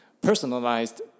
personalized